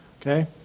Okay